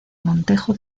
montejo